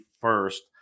first